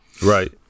Right